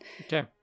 Okay